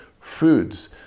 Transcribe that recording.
foods